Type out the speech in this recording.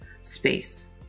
space